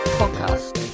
podcast